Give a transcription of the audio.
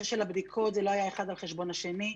של הבדיקות לא היה אחד על חשבון השני.